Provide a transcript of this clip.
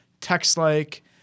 text-like